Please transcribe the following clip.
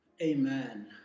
Amen